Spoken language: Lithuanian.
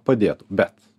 padėtų bet